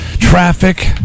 Traffic